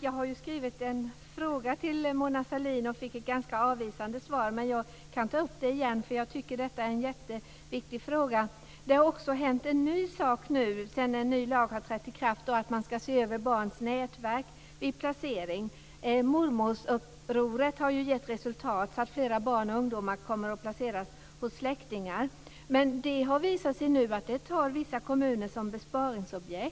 Jag har ju skrivit en fråga till Mona Sahlin, och jag fick ett ganska avvisande svar, men jag kan ta upp detta igen, för jag tycker att det är en jätteviktig fråga. Det har också hänt en ny sak nu. En ny lag har trätt i kraft som säger att man ska se över barns nätverk vid placering. Mormorsupproret har ju gett resultat, så flera barn och ungdomar kommer att placeras hos släktingar. Men det har nu visat sig att vissa kommuner utnyttjar detta för besparingar.